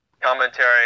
commentary